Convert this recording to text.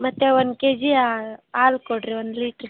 ಮತ್ತೆ ಒಂದು ಕೆಜಿ ಆಲ್ ಕೊಡಿರಿ ಒಂದು ಲೀಟ್ರ್